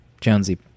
Jonesy